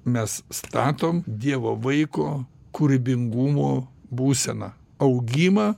mes statom dievo vaiko kūrybingumo būseną augimą